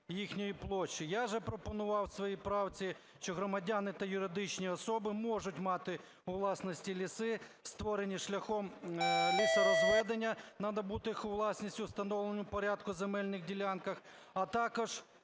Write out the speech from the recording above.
Я запропонував у свій правці, що громадяни та юридичні особи можуть мати у власності ліси, створені шляхом лісорозведення, на набутих у власність у власному порядку земельних ділянках, а також